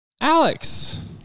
Alex